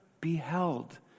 beheld